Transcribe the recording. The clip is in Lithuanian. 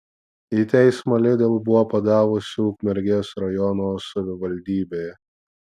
į teismą lidl buvo padavusi ukmergės rajono savivaldybė